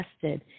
tested